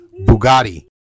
Bugatti